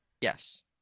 Yes